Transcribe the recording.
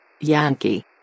yankee